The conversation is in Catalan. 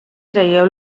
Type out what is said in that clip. traieu